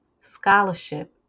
scholarship